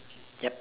yup